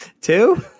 Two